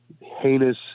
heinous